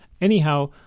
anyhow